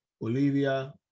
Bolivia